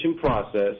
process